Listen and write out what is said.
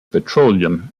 petroleum